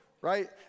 right